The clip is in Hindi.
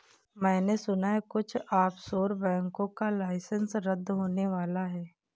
मैने सुना है कुछ ऑफशोर बैंकों का लाइसेंस रद्द होने वाला है